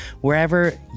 Wherever